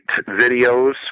videos